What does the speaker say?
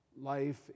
life